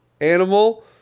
animal